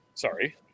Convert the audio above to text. Sorry